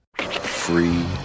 Free